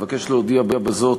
אבקש להודיע בזאת,